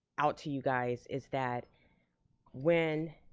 out to you guys is that when